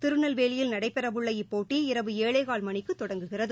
திருநெல்வேலியில் நடைபெறவுள்ள இப்போட்டி இரவு ஏழேகால் மணிக்கு தொடங்குகிறது